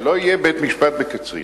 לא יהיה בית-משפט בקצרין.